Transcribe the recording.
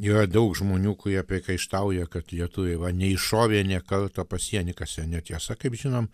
yra daug žmonių kurie priekaištauja kad lietuviai va neiššovė nė karto pasieny kas yra netiesa kaip žinom